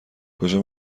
کجا